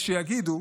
יש שיגידו